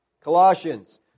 Colossians